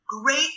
great